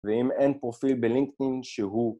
ואם אין פרופיל בלינקאין שהוא